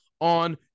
on